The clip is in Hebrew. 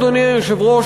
אדוני היושב-ראש,